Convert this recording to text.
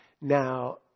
Now